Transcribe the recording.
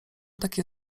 takie